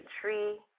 tree